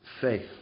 faith